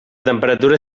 temperatura